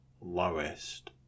lowest